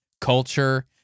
culture